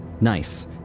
Nice